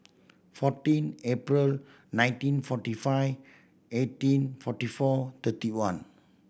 fourteen April nineteen forty five eighteen forty four thirty one